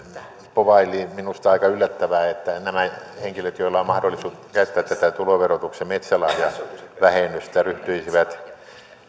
povaili minusta aika yllättävästi että nämä henkilöt joilla on mahdollisuus käyttää tätä tuloverotuksen metsälahjavähennystä ryhtyisivät